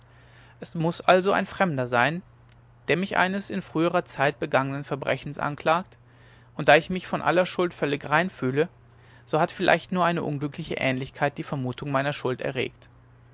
es muß also ein fremder sein der mich eines in früherer zeit begangenen verbrechens anklagt und da ich mich von aller schuld völlig rein fühle so hat vielleicht nur eine unglückliche ähnlichkeit die vermutung meiner schuld erregt